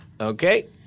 Okay